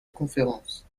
conférence